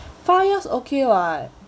four years okay [what]